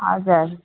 हजुर